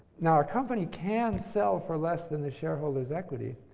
now, a company can sell for less than the shareholders' equity,